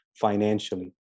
financially